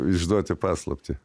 išduoti paslaptį